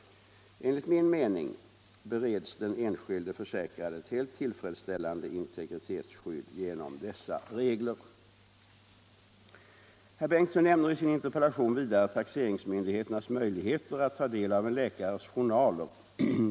Enligt min mening bereds den enskilde försäkrade ett helt tillfredsställande integritetsskydd genom dessa regler. Herr Bengtsson nämner i sin interpellation vidare taxeringsmyndigheternas möjligheter att ta del av en läkares journaler.